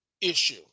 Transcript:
issue